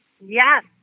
Yes